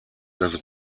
das